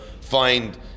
find